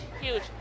huge